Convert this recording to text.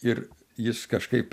ir jis kažkaip